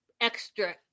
extra